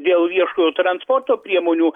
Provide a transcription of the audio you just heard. dėl viešojo transporto priemonių